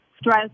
stress